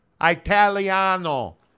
Italiano